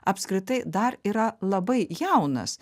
apskritai dar yra labai jaunas